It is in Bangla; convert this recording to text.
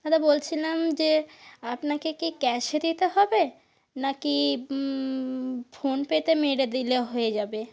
দাদা বলছিলাম যে আপনাকে কি ক্যাশে দিতে হবে না কি ফোনপেতে মেরে দিলে হয়ে যাবে